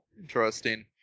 Interesting